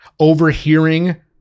overhearing